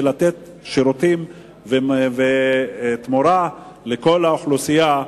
וצריך לתת שירותים ותמורה לכל האוכלוסייה.